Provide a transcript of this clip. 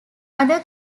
other